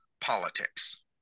politics